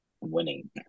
Winning